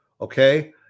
okay